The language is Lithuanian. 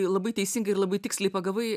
labai teisinga ir labai tiksliai pagavai